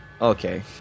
okay